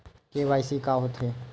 KYC का होथे?